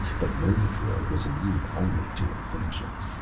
but murgatroyd was immune only to infections.